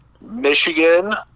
Michigan